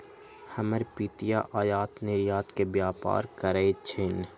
हमर पितिया आयात निर्यात के व्यापार करइ छिन्ह